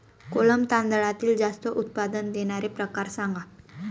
कोलम तांदळातील जास्त उत्पादन देणारे प्रकार सांगा